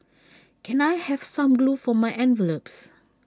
can I have some glue for my envelopes